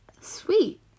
Sweet